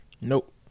Nope